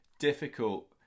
difficult